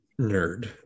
nerd